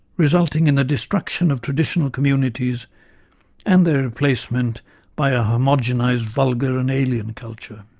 resulting in the destruction of traditional communities and their replacement by a homogenised, vulgar and alien culture.